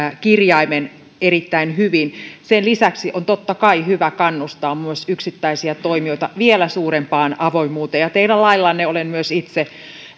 kirjaimen erittäin hyvin sen lisäksi on totta kai hyvä kannustaa myös yksittäisiä toimijoita vielä suurempaan avoimuuteen ja teidän laillanne olen myös itse